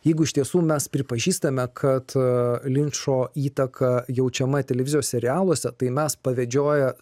jeigu iš tiesų mes pripažįstame kad linčo įtaka jaučiama televizijos serialuose tai mes pavedžioję